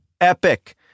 epic